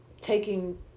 taking